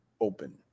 open